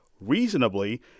reasonably